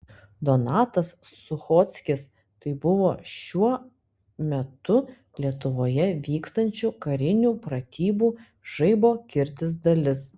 donatas suchockis tai buvo šiuo metu lietuvoje vykstančių karinių pratybų žaibo kirtis dalis